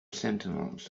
sentinels